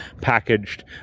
packaged